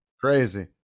crazy